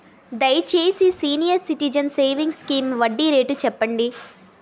దయచేసి senior citizens savings scheme వడ్డీ rate చెప్పండి